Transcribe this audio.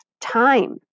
time